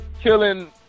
killing